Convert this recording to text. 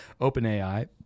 OpenAI